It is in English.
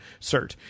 cert